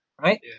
right